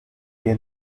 que